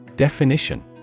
Definition